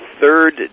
third